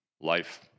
life